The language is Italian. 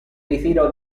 ritiro